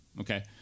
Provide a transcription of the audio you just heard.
Okay